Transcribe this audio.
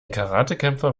karatekämpfer